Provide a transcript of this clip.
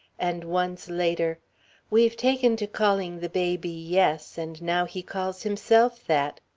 and once later we've taken to calling the baby yes, and now he calls himself that.